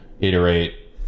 iterate